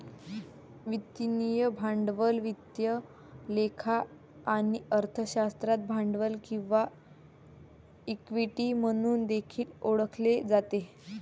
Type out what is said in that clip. वित्तीय भांडवल वित्त लेखा आणि अर्थशास्त्रात भांडवल किंवा इक्विटी म्हणून देखील ओळखले जाते